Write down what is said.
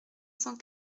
cent